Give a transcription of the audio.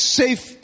safe